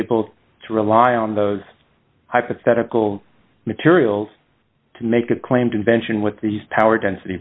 able to rely on those hypothetical materials to make a claim convention with the power density